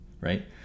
right